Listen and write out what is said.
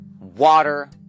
water